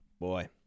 boy